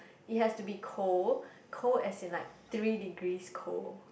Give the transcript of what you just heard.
it has to be cold cold as in like three degrees cold